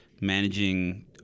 managing